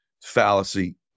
Fallacy